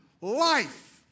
life